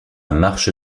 marche